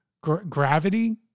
gravity